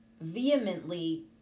vehemently